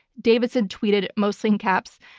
davidson tweeted mostly in caps,